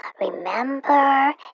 remember